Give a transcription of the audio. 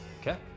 Okay